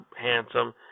handsome